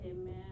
Amen